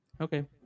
Okay